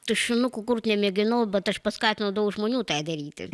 tušinukų kurt nemėginau bet aš paskatinau daug žmonių tą daryti